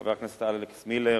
חבר הכנסת אלכס מילר,